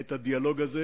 את הדיאלוג הזה,